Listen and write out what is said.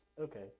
okay